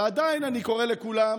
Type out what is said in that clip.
ועדיין, אני קורא לכולם: